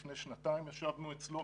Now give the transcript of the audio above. לפני שנתיים ישבנו אצלו